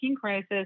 crisis